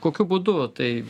kokiu būdu tai